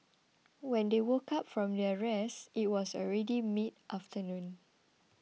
when they woke up from their rest it was already midafternoon